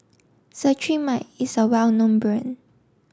Cetrimide is a well known brand